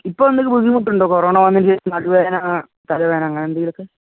ഇപ്പോള് എന്തേലും ബുദ്ധിമുട്ടുണ്ടോ കൊറോണ വന്നതിനുശേഷം നടുവേദന തലവേദന അങ്ങനെ എന്തെങ്കിലുമൊക്കെ